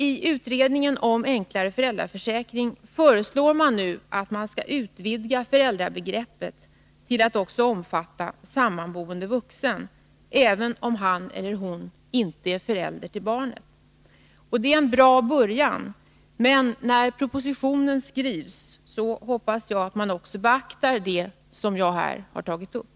I utredningen om enklare föräldraförsäkring föreslår man att föräldrabegreppet utvidgas till att också omfatta sammanboende vuxen, även om han eller honinte är förälder till barnet. Det är en bra början. Jag hoppas att man, när propositionen skrivs, också beaktar det som jag här har tagit upp.